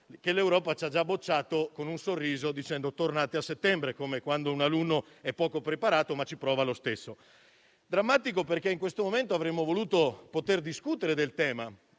che l'Europa ha già bocciato con un sorriso, dicendoci di tornare a settembre, come quando un alunno è poco preparato ma ci prova lo stesso. È drammatico, perché in questo momento avremmo voluto poter discutere del tema,